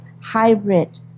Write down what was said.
hybrid